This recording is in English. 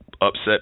upset